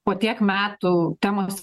po tiek metų temos